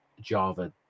Java